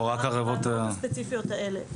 לא, אלה בעבירות הספציפיות האלה.